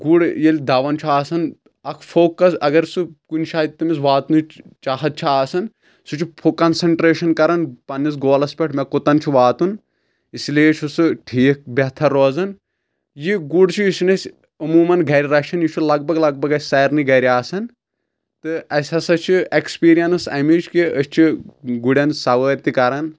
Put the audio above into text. گُر ییٚلہِ دون چھُ آسان اکھ فوکس اگر سُہ کُنہِ جایہِ تٔمِس واتنٕچ چاہت چھِ آسان سُہ چھُ فو کنسنٹریشن کران پننِس گولس پٮ۪ٹھ مےٚ کوٚتن چھُ واتُن اسی لیے چھُ سُہ ٹھیٖکھ بہتر روزان یہِ گُر چھُ یہِ چھن أسۍ عمومن گرِ رچھان یہِ چھُ لگ بگ لگ بگ اسہِ سارِنٕے گرِ آسان تہٕ اسہِ ہسا چھِ ایٚکٕسپیرینس امیِچ کہِ أسۍ چھِ گُرٮ۪ن سوٲرۍ تہِ کران